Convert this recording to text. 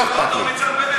לא אכפת לי.